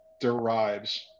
derives